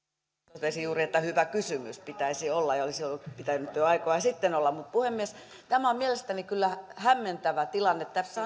totesin juuri että hyvä kysymys pitäisi olla ja olisi pitänyt jo aikoja sitten olla puhemies tämä on mielestäni kyllä hämmentävä tilanne tässä